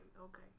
okay